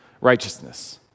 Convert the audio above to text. Righteousness